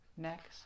Next